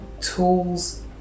tools